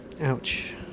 Ouch